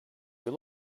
you